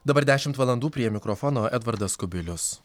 dabar dešimt valandų prie mikrofono edvardas kubilius